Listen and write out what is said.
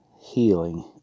healing